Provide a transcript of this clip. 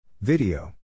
Video